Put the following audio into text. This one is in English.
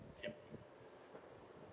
yup